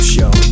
Show